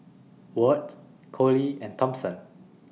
Wirt Collie and Thompson